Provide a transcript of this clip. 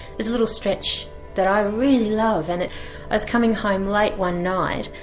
there's a little stretch that i really love and i was coming home late one night,